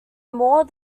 more